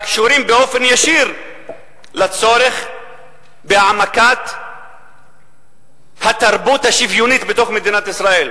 שקשורות באופן ישיר לצורך בהעמקת התרבות השוויונית בתוך מדינת ישראל.